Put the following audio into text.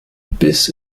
biss